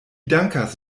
dankas